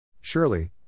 Surely